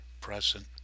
present